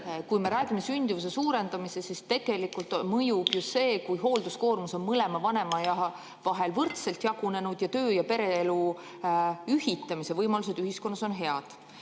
Kui me räägime sündimuse suurendamisest, siis tegelikult mõjub ju see, kui hoolduskoormus on mõlema vanema vahel võrdselt jagunenud ja töö‑ ja pereelu ühitamise võimalused ühiskonnas on head. Ja,